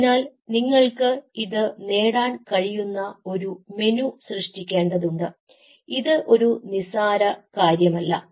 അതിനാൽ നിങ്ങൾക്ക് ഇത് നേടാൻ കഴിയുന്ന ഒരു മെനു സൃഷ്ടിക്കേണ്ടതുണ്ട് ഇത് ഒരു നിസ്സാര കാര്യമല്ല